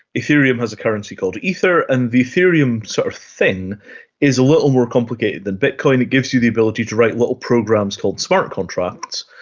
ethereum has a currency called ether, and the ethereum sort of thing is a little more complicated than bitcoin, it gives you the ability to write little programs called smart contracts,